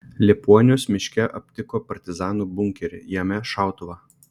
liepuonius miške aptiko partizanų bunkerį jame šautuvą